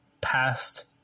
past